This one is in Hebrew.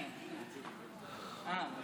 על